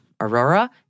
aurora